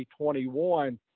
2021